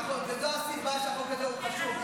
נכון, וזו הסיבה שהחוק הזה הוא חשוב.